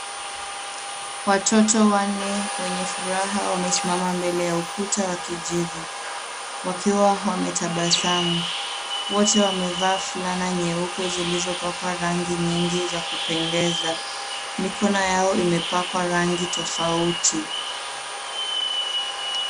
Watoto wanne wenye furaha wamesimama mbele ya ukuta wa kijivu, wakiwa wametabasamu. Wote wamevaa fulana nyeupe zilizopakwa rangi nyingi za kupendeza. Mikono yao imepakwa rangi tofauti.